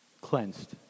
cleansed